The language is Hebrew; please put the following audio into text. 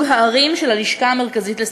הערים של הלשכה המרכזית לסטטיסטיקה,